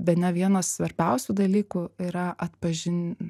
bene vienas svarbiausių dalykų yra atpažin